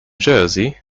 jersey